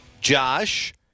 Josh